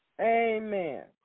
Amen